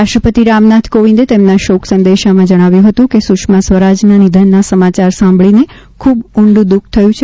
રાષ્ટ્રપતિ રામનાથ કોવિંદે તેમના શોક સંદેશામાં જણાવ્યું છે કે સુષ્મા સ્વરાજના નિધનના સમાચાર સાંભળીને ખુબ ઉંડુ દુખ થયું છે